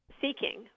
Seeking